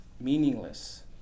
meaningless